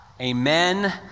amen